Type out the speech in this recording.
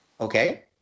Okay